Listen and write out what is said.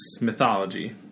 mythology